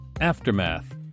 Aftermath